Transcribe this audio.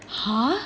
!huh!